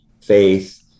faith